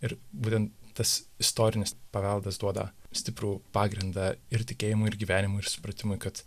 ir būtent tas istorinis paveldas duoda stiprų pagrindą ir tikėjimui ir gyvenimui ir supratimui kad